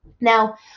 now